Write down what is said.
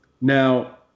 Now